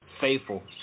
faithful